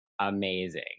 amazing